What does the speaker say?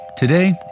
Today